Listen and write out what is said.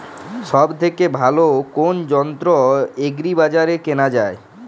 সব থেকে ভালো কোনো যন্ত্র এগ্রি বাজারে কেনা যায়?